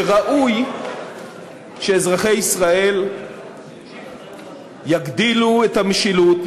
שראוי שאזרחי ישראל יגדילו את המשילות,